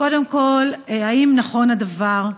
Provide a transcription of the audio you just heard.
1. קודם כול, האם נכון הדבר?